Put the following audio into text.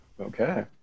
Okay